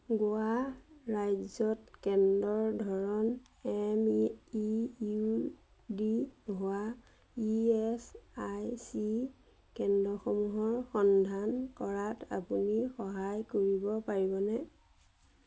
গোৱা ৰাজ্যত কেন্দ্ৰৰ ধৰণ এম ই ইউ ডি হোৱা ই এছ আই চি কেন্দ্ৰসমূহৰ সন্ধান কৰাত আপুনি সহায় কৰিব পাৰিবনে